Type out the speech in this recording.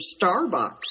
Starbucks